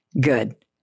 Good